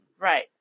right